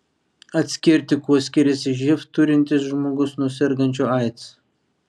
atskirti kuo skiriasi živ turintis žmogus nuo sergančio aids